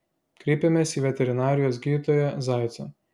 kreipėmės į veterinarijos gydytoją zaicą